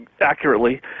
accurately